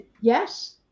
Yes